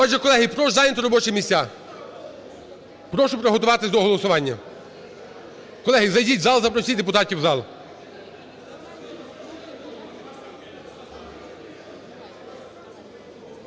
Отже, колеги, прошу зайняти робочі місця, прошу приготуватися до голосування. Колеги, зайдіть в зал, запросіть депутатів в зал.